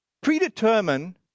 predetermine